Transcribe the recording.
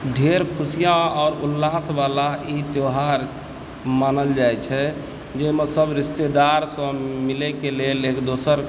ढ़ेर खुशिआँ आ उल्लासवाला ई त्यौहार मानल जैत छै जाहिमे सभ रिश्तेदारसभ मिलयके लेल एक दोसर